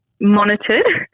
monitored